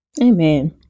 amen